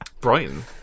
Brighton